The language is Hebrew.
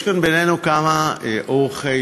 יש כאן בינינו כמה עורכי-דין,